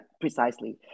precisely